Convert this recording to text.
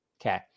Okay